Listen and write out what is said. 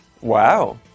Wow